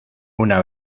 una